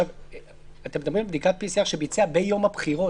אתם מדברים על בדיקת PCR שביצע ביום הבחירות.